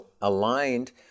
aligned